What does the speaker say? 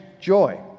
joy